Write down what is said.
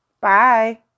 Bye